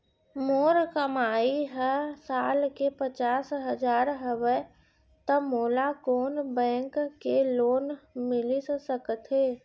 मोर कमाई ह साल के पचास हजार हवय त मोला कोन बैंक के लोन मिलिस सकथे?